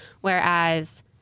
Whereas